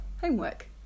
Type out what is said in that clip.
Homework